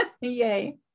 yay